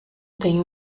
tenho